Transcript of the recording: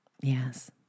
Yes